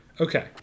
Okay